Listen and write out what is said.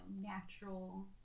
natural